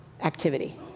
activity